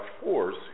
force